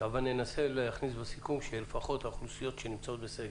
אבל ננסה להכניס בסיכום שלפחות האוכלוסיות שנמצאות בסגר,